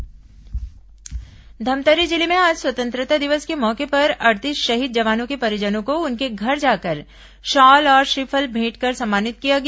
शहीद सम्मान धमतरी जिले में आज स्वतंत्रता दिवस के मौके पर अड़तीस शहीद जवानों के परिजनों को उनके घर जाकर शॉल और श्रीफल भेंटकर सम्मानित किया गया